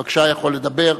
בבקשה, יכול לדבר.